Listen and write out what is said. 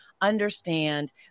understand